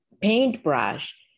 paintbrush